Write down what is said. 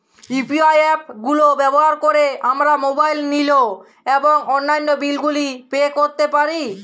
UPI app গুলো ব্যবহার করে আমরা মোবাইল নিল এবং অন্যান্য বিল গুলি পে করতে পারি